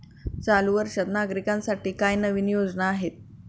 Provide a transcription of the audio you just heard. चालू वर्षात नागरिकांसाठी काय नवीन योजना आहेत?